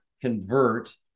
convert